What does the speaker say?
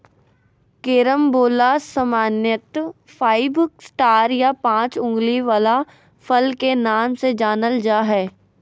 carambola सामान्यत five star या पाँच उंगली वला फल के नाम से जानल जा हय